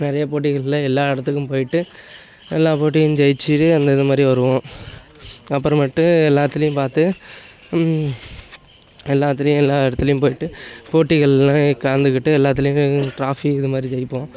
நிறையா போட்டிகளில் எல்லா இடத்துக்கும் போயிட்டு எல்லா போட்டியும் ஜெயித்து அந்த இது மாதிரி வருவோம் அப்புறமேட்டு எல்லாத்துலேயும் பார்த்து எல்லாத்துலேயும் எல்லா இடத்துலையும் போயிட்டு போட்டிகள்லாம் கலந்துக்கிட்டு எல்லாத்துலேயும் டிராஃபிக் இது மாதிரி ஜெயிப்போம்